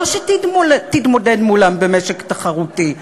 לא שתתמודד מולם במשק תחרותי,